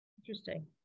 Interesting